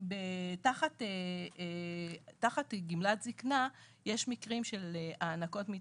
בקצבת זקנה יש לנו מרכיב של השלמת הכנסה,